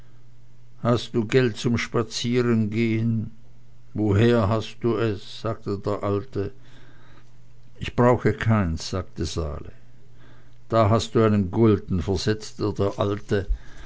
hast du geld zum spazierengehen woher hast du es sagte der alte ich brauche keines sagte sali da hast du einen gulden versetzte der alte